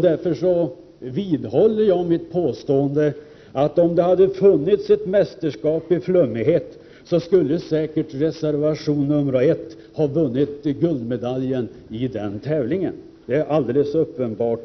Därför vidhåller jag mitt påstående, att det är uppenbart att om det funnits ett mästerskap i flummighet, skulle reservation nr 1 säkert ha vunnit guldmedaljen i den tävlingen. Elisabeth Fleetwood,